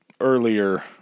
earlier